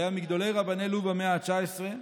שהיה מגדולי רבני לוב במאה ה-19.